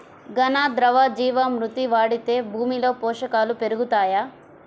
ఘన, ద్రవ జీవా మృతి వాడితే భూమిలో పోషకాలు పెరుగుతాయా?